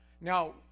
Now